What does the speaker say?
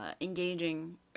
engaging